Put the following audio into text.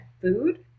food